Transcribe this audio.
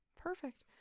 Perfect